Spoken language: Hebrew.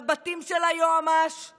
לבתים של היועצת